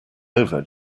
over